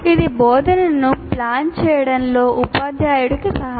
ఇది బోధనను ప్లాన్ చేయడంలో ఉపాధ్యాయుడికి సహాయపడుతుంది